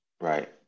right